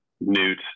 newt